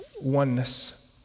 oneness